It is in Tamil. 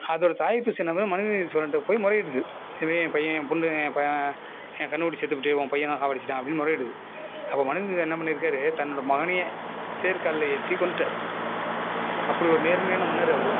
அதோடு தாய் பசு என்ன பண்ணுது மனுநீதி சோழன்கிட்ட போய் முறையிட்டுது இதுமாதிரி என் பையன் என் கன்றுகுட்டி செத்துபுட்டு உன் பையன் தான் சாவடித்துட்டான் அப்படின்னு முறையிடுது அப்போ மனுநீதி என்னப் பண்ணியிருக்காரு தன்னோடய மகனையே தேர் காலில் ஏற்றி கொன்றுட்டாரு அப்படி ஒரு நேர்மையான மன்னர் அவரு